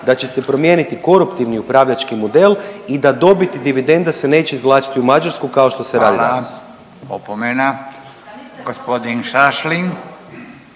da će promijeniti koruptivni upravljači model i da dobit i dividenda se neće izvlačiti u Mađarsku kao što se radi danas. **Radin, Furio